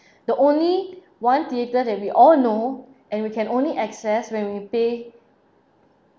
the only one theater that we all know and we can only access when we pay